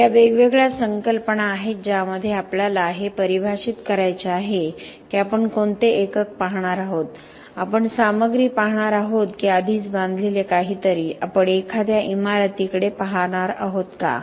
तर या वेगवेगळ्या संकल्पना आहेत ज्यामध्ये आपल्याला हे परिभाषित करायचे आहे की आपण कोणते एकक पाहणार आहोत आपण सामग्री पाहणार आहोत की आधीच बांधलेले काहीतरी आपण एखाद्या इमारतीकडे पाहणार आहोत का